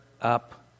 up